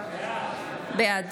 בעד